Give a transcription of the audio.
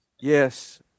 Yes